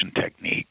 technique